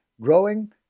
growing